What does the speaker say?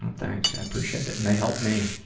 and thanks. i appreciate it. and they help me.